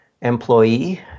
employee